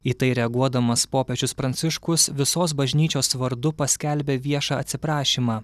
į tai reaguodamas popiežius pranciškus visos bažnyčios vardu paskelbė viešą atsiprašymą